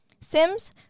Sims